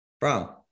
bro